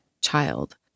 child